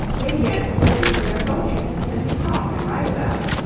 they began to put it into their poetry, and to talk and write about it,